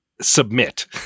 submit